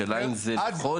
השאלה היא, האם זה לחודש?